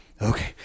Okay